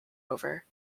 over